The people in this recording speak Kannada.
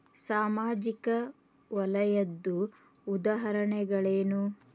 ಸಾಮಾಜಿಕ ವಲಯದ್ದು ಉದಾಹರಣೆಗಳೇನು?